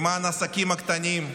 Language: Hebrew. למען העסקים הקטנים,